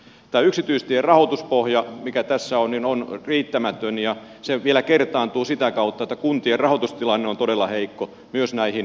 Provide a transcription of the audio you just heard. tämä yksityistierahoituspohja mikä tässä on on riittämätön ja se vielä kertaantuu sitä kautta että kuntien rahoitustilanne on todella heikko myös näihin hoitotoimenpiteisiin ja investointeihin